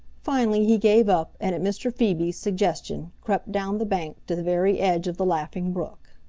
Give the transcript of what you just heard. finally he gave up and at mr. phoebe's suggestion crept down the bank to the very edge of the laughing brook.